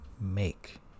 make